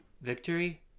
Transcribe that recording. victory